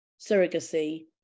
surrogacy